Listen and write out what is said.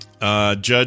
Judge